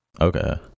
okay